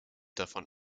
davon